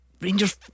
Rangers